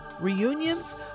reunions